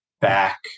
back